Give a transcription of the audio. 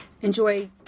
enjoy